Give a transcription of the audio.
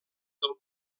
del